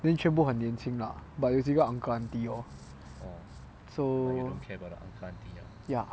then 全部很年轻 lah but 有几个 uncle auntie lor so ya